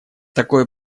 такое